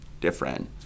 different